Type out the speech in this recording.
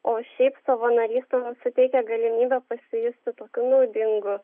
o šiaip savanorystė mum suteikia galimybę pasijusti tokiu naudingu